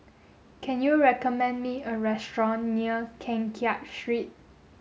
can you recommend me a restaurant near Keng Kiat Street